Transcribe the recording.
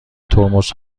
ترمز